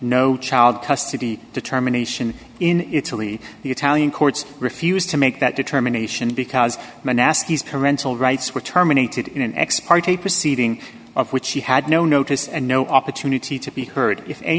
no child custody determination in italy the italian courts refused to make that determination because the nasty's parental rights were terminated in an ex parte proceeding of which she had no notice and no opportunity to be heard if a